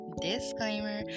disclaimer